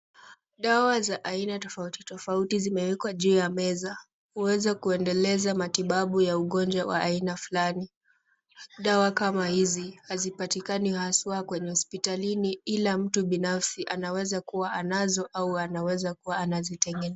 Dawa za aina tofauti tofauti zimewekwa juu ya meza, huweza kuendeleza matibabu ya ugonjwa wa aina fulani. Dawa kama hizi hazipatikani haswa kwenye hospitalini ila mtu binafsi anaweza kuwa anazo au anaweza kuwa anazitengeneza.